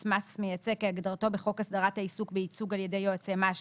מס מייצג כהגדרתו בחוק הסדרת העיסוק בייצוג על ידי יועצי מס,